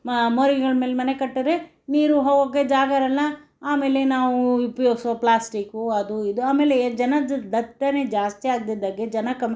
ಮೋರಿಗಳ ಮೇಲೆ ಮನೆ ಕಟ್ಟಿದ್ರೆ ನೀರು ಹೋಗಕ್ಕೆ ಜಾಗ ಇರಲ್ಲ ಆಮೇಲೆ ನಾವು ಉಪಯೋಗಿಸೋ ಪ್ಲಾಸ್ಟಿಕು ಅದು ಇದು ಆಮೇಲೆ ಜನದಟ್ಟಣೆ ಜಾಸ್ತಿ ಆಗದೆ ಇದ್ದಾಗೆ ಜನ ಕಮ್